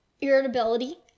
irritability